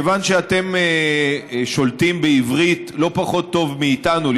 כיוון שאתם שולטים בעברית לא פחות טוב מאיתנו,